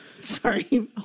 Sorry